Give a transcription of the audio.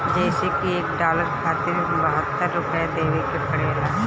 जइसे की एक डालर खातिर बहत्तर रूपया देवे के पड़ेला